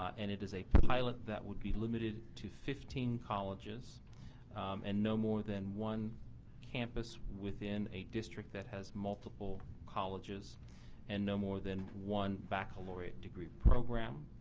and it is a pilot that would be limited to fifteen colleges and no more than one campus within a district that has multiple colleges and no more than one baccalaureate degree program.